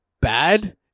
bad